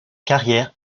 carrière